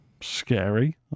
scary